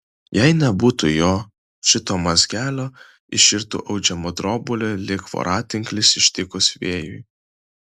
jei nebūtų jo šito mazgelio iširtų audžiama drobulė lyg voratinklis ištikus vėjui